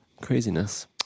Craziness